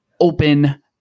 open